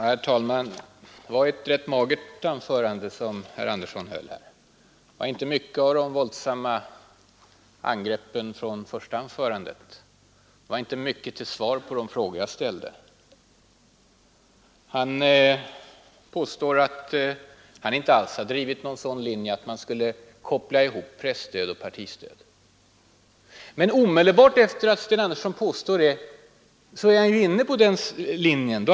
Herr talman! Det var ett rätt magert anförande herr Sten Andersson här höll. Det var inte mycket av de våldsamma angreppen från första anförandet. Det var inte mycket till svar på de frågor jag ställde. Herr Andersson påstår att han inte alls drivit kravet att man skulle koppla ihop presstöd och partistöd. Men omedelbart efter detta påstående är han inne på just den linjen.